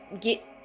get